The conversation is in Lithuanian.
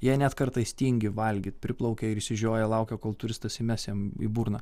jie net kartais tingi valgyt priplaukia ir išsižioję laukia kol turistas įmes jam į burną